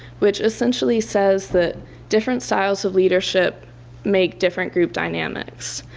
which essentially says that different styles of leadership make different group dynamics.